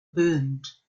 burnt